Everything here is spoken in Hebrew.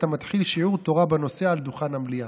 אתה מתחיל שיעור תורה בנושא על דוכן המליאה.